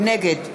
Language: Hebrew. נגד